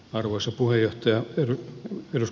arvoisa eduskunnan puhemies